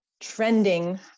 trending